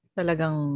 talagang